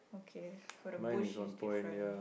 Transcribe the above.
okay so the bush is different